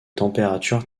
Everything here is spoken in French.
températures